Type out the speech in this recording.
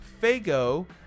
fago